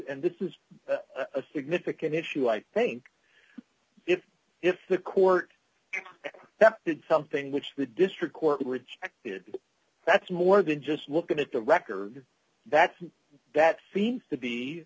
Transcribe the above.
and this is a significant issue i think if if the court that did something which the district court rejected that's more than just looking at the record that's that feet to be